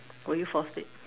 will you fall asleep